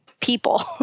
people